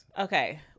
Okay